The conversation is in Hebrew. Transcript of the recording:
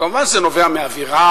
כמובן שזה נובע מאווירה,